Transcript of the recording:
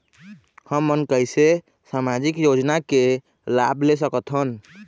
हमन कैसे सामाजिक योजना के लाभ ले सकथन?